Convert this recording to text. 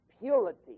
purity